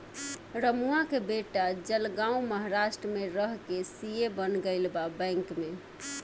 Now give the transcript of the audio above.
रमुआ के बेटा जलगांव महाराष्ट्र में रह के सी.ए बन गईल बा बैंक में